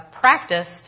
practiced